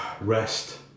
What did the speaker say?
rest